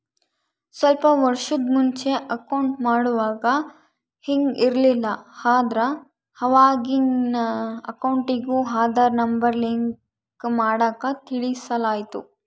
ಸ್ವಲ್ಪ ವರ್ಷುದ್ ಮುಂಚೆ ಅಕೌಂಟ್ ಮಾಡುವಾಗ ಹಿಂಗ್ ಇರ್ಲಿಲ್ಲ, ಆದ್ರ ಅವಾಗಿನ್ ಅಕೌಂಟಿಗೂ ಆದಾರ್ ನಂಬರ್ ಲಿಂಕ್ ಮಾಡಾಕ ತಿಳಿಸಲಾಯ್ತು